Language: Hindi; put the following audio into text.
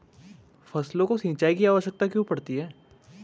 फसलों को सिंचाई की आवश्यकता क्यों पड़ती है?